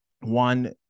one